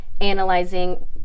analyzing